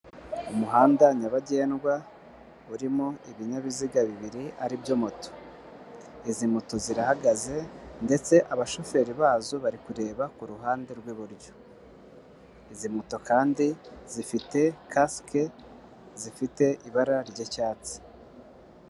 Umuhanda nyabagendwa urimo ibinyabiziga bibiri ari byo moto, izi moto zirahagaze ndetse abashoferi bazo bari kureba kuruhande rw'iburyo, izi moto kandi zifite kasike, zifite ibara ry'icyatsi.